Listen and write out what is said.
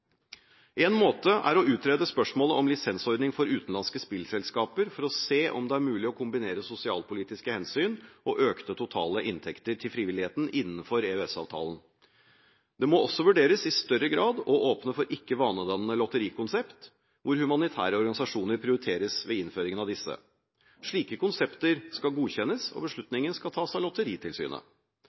dele. En måte er å utrede spørsmålet om lisensordning for utenlandske spillselskaper for å se om det er mulig å kombinere sosialpolitiske hensyn og økte totale inntekter til frivilligheten innenfor EØS-avtalen. Det må også vurderes i større grad å åpne for ikke vanedannende lotterikonsepter, hvor humanitære organisasjoner prioriteres ved innføringen av disse. Slike konsepter skal godkjennes, og beslutningen skal tas av Lotteritilsynet.